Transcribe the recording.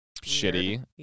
shitty